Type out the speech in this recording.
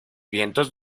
vientos